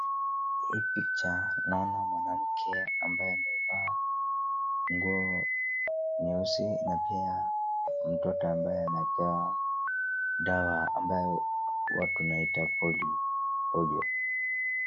Hii picha naona mwanamke ambaye amevaa nguo nyeusi na pia mtoto ambaye anapewa dawa ambayo huwa tunaiita polio.